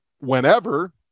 whenever